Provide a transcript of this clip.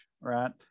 right